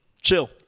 Chill